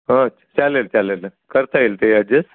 हो चालेल चालेल करता येईल ते अडजस्ट